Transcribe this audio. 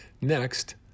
Next